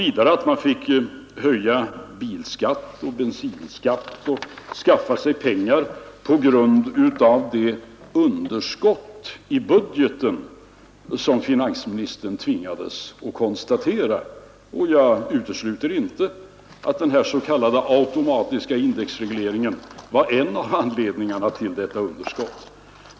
Vidare fick man höja bilskatt och bensinskatt för att skaffa pengar på grund av det underskott i budgeten som finansministern tvingades konstatera. Och jag utesluter inte att den s.k. automatiska indexregleringen var en av anledningarna till detta underskott.